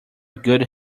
good